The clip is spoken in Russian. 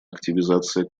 активизация